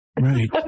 Right